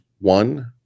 one